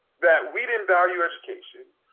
that we didn't value education,